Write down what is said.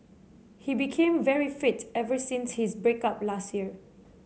he became very fit ever since his break up last year